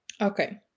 Okay